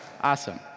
awesome